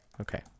Okay